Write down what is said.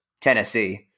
Tennessee